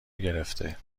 گرفته